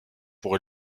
pour